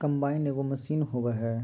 combine एगो machine होबा हइ